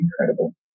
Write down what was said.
incredible